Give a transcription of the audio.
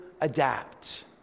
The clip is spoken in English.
adapt